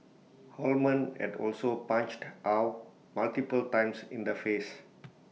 Holman had also punched Ow multiple times in the face